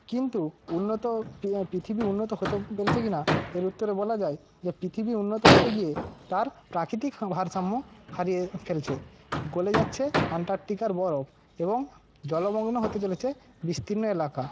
কিন্তু উন্নত পৃ পৃথিবী উন্নত হতে পেরেছে কিনা এর উত্তরে বলা যায় যে পৃথিবী উন্নত হতে গিয়ে তার প্রাকৃতিক ভারসাম্য হারিয়ে ফেলছে গলে যাচ্ছে আন্টার্টিকার বরফ এবং জলমগ্ন হতে চলেছে বিস্তীর্ণ এলাকা